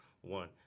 one